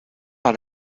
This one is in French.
par